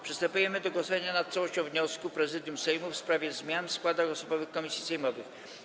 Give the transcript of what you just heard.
Przystępujemy do głosowania nad całością wniosku Prezydium Sejmu w sprawie zmian w składach osobowych komisji sejmowych.